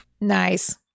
Nice